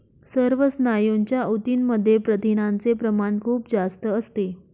सर्व स्नायूंच्या ऊतींमध्ये प्रथिनांचे प्रमाण खूप जास्त असते